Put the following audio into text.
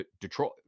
Detroit